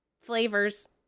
flavors